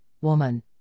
woman